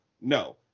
no